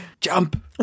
Jump